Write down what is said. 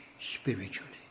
spiritually